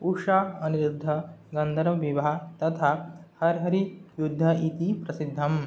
उषा अनिरुद्ध गन्धर्वविवाहः तथा हरहरियुद्धं इति प्रसिद्धं